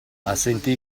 assentí